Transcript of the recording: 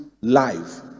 life